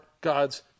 God's